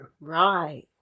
Right